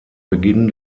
beginn